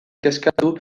kezkatu